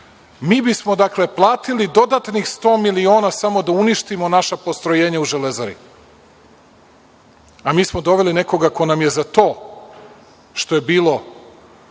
Mi bismo, dakle, platili dodatnih 100 miliona samo da uništimo naša postrojenja u „Železari“ a mi smo doveli nekoga ko nam je za to što je bilo